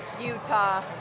Utah